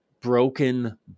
broken